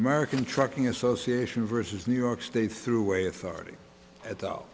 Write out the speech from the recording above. american trucking association versus new york state thruway authority at though